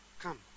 Come